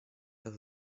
das